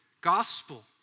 Gospel